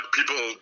people